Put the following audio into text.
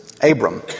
Abram